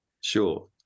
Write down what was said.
sure